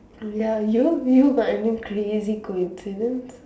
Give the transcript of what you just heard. ya you you got any crazy coincidence